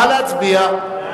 נא להצביע.